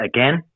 Again